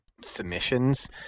submissions